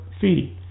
feed